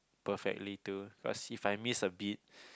perfectly to 'cause if I miss a beat